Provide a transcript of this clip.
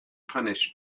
punished